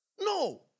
No